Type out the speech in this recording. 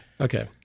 Okay